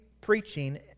preaching